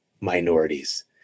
minorities